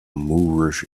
moorish